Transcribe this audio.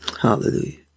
Hallelujah